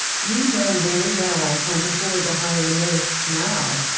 you know very well i can't afford to hire a nurse now.